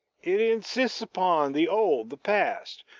it insists upon the old, the past,